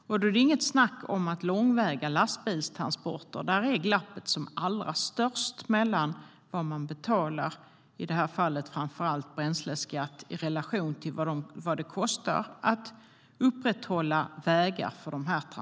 Det är inget snack om att det är för långväga lastbilstransporter glappet är som allra störst mellan vad man betalar, i det här fallet framför allt bränsleskatt, och vad det kostar att upprätthålla vägar för transporterna.